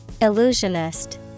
Illusionist